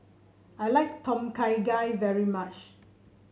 I like Tom Kha Gai very much